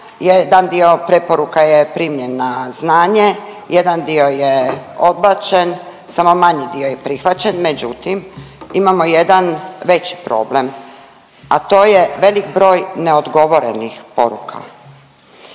jedan dio preporuka je primljen na znanje, jedan dio je odbačen, samo manji dio je prihvaćen. Međutim, imamo jedan veći problem, a to je velik broj neodgovorenih poruka